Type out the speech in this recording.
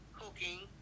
cooking